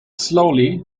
slowly